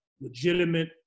legitimate